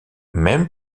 même